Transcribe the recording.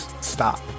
stop